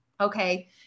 Okay